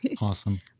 Awesome